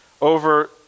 over